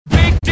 big